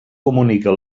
comunica